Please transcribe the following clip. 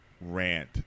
rant